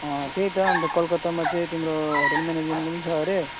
त्यही त अन्त कलकत्तामा चाहिँ तिम्रो होटल म्यानेजमेन्टको पनि छ अरे